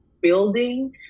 building